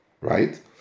right